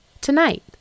Tonight